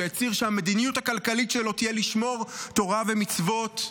שהצהיר שהמדיניות הכלכלית שלו תהיה לשמור תורה ומצוות,